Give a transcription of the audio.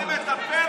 חבר הכנסת אמסלם,